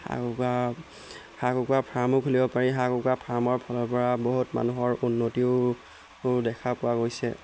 হাঁহ কুকুৰা হাঁহ কুকুৰাৰ ফাৰ্মো খুলিব পাৰি হাঁহ কুকুৰা ফাৰ্মৰ ফালৰপৰা বহুত মানুহৰ উন্নতিও দেখা পোৱা গৈছে